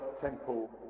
temple